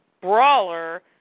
brawler